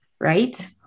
right